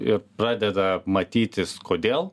ir pradeda matytis kodėl